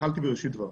התחלתי בראשית דבריי,